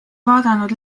vaadanud